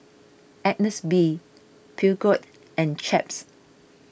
Agnes B Peugeot and Chaps